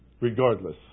Regardless